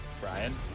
Brian